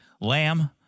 Lamb